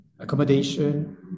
accommodation